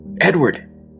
Edward